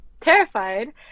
terrified